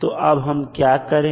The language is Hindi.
तो हम अब क्या करें